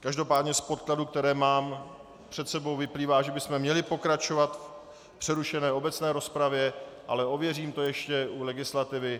Každopádně z podkladů, které mám před sebou, vyplývá, že bychom měli pokračovat v přerušené obecné rozpravě, ale ověřím to ještě u legislativy.